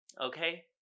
Okay